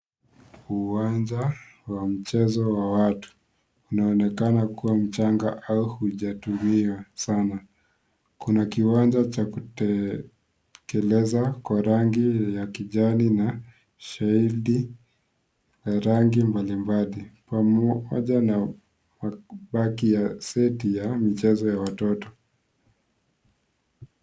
Uwanja wa mchezo wa watu unaonekana kuwa mchanga au hujatumiwa sana kuna kiwanja cha kutekeleza kwa rangi ya kijani na sheilthi ya rangi mbalimbali pamoja na mabaki ya seti ya michezo ya watoto.